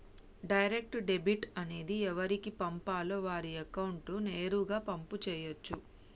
direct debit అనేది ఎవరికి పంపాలో వారి అకౌంట్ నేరుగా పంపు చేయచ్చు